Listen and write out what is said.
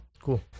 cool